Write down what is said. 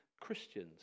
Christians